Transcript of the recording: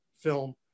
film